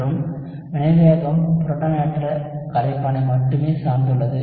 மற்றும் வினைவேகம் புரோட்டானேற்ற கரைப்பானை மட்டுமே சார்ந்துள்ளது